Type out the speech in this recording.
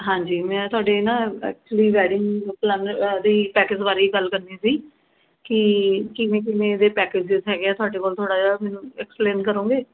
ਹਾਂਜੀ ਮੈਂ ਤੁਹਾਡੇ ਨਾ ਐਕਚੁਲੀ ਵੈਡਿੰਗ ਪਲੈਨਰ ਦੀ ਪੈਕਜ ਬਾਰੇ ਗੱਲ ਕਰਨੀ ਸੀ ਕਿ ਕਿਵੇਂ ਕਿਵੇਂ ਦੇ ਪੈਕਜਿਸ ਹੈਗੇ ਹੈ ਤੁਹਾਡੇ ਕੋਲ ਥੋੜ੍ਹਾ ਜਿਹਾ ਮੈਨੂੰ ਐਕਸਪਲੇਨ ਕਰੋਂਗੇ